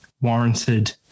warranted